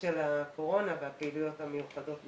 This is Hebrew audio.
של הקורונה והפעילויות המיוחדות מסביב.